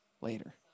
later